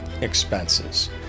expenses